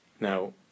Now